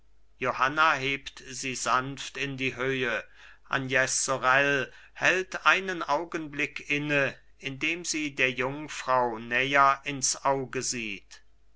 johanna hebt sie sanft in die höhe agnes sorel hält einen augenblick inne indem sie der jungfrau näher ins auge sieht